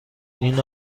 این